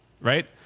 right